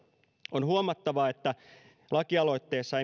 on huomattava että lakialoitteessa